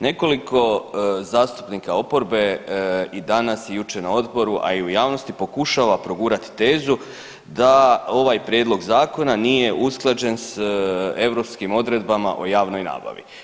Nekoliko zastupnika oporbe i danas i jučer na Odboru, a i u javnosti pokušava progurati tezu da ovaj prijedlog zakona nije usklađen s europskim odredbama o javnoj nabavi.